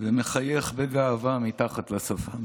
ומחייך בגאווה מתחת לשפם,